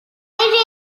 radiators